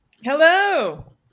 Hello